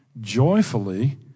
joyfully